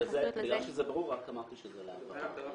שזה ברור, רק אמרתי שזה להבהרה.